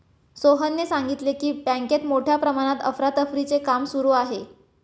सोहनने सांगितले की, बँकेत मोठ्या प्रमाणात अफरातफरीचे काम सुरू आहे